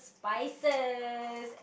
spices